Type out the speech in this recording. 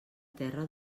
terra